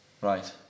Right